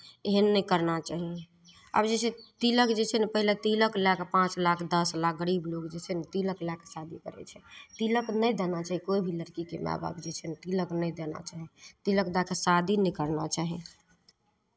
एहन नहि करना चाही आब जे छै तिलक जे छै ने पहिले तिलक लए कऽ पाँच लाख दस लाख गरीब लोक जे छै ने ओ तिलक लए कऽ शादी करै छै तिलक नहि देना चाही कोइ भी लड़कीके माय बाप जे छै ने तिलक नहि देना चाही तिलक दए कऽ शादी नहि करना चाही